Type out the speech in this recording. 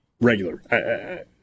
regular